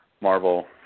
Marvel